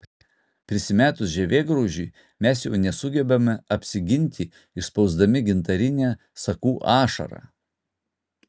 prisimetus žievėgraužiui mes jau nesugebame apsiginti išspausdami gintarinę sakų ašarą